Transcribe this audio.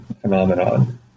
phenomenon